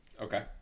Okay